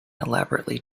elaborately